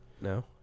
No